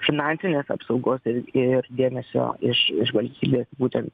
finansinės apsaugos ir ir dėmesio iš iš valstybės būtent